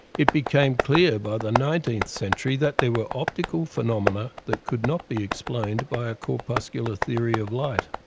it became clear by the nineteenth century that there were optical phenomena that could not be explained by a corpuscular theory of light.